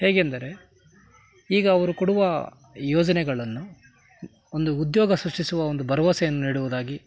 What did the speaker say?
ಹೇಗೆಂದರೆ ಈಗ ಅವರು ಕೊಡುವ ಯೋಜನೆಗಳನ್ನು ಒಂದು ಉದ್ಯೋಗ ಸೃಷ್ಟಿಸುವ ಒಂದು ಭರವಸೆಯನ್ನ ನೀಡುವುದಾಗಿ